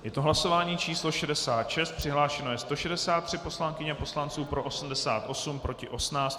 Je to hlasování číslo 66, přihlášeno je 163 poslankyň a poslanců, pro 88, proti 18.